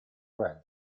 red